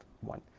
one